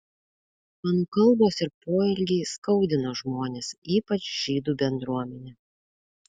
mano kalbos ir poelgiai skaudino žmones ypač žydų bendruomenę